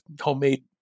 homemade